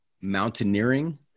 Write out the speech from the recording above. Mountaineering